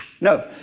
No